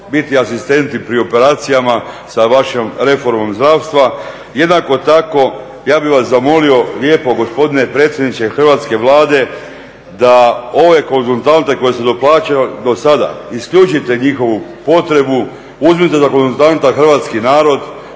biti asistenti pri operacijama sa vašom reformom zdravstva. Jednako tako ja bih vas zamolio lijepo gospodine predsjedniče hrvatske Vlade da ove konzultante koje ste …/Govornik se ne razumije./… do sada, isključite njihovu potrebu, uzmite za konzultanta hrvatski narod